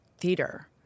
theater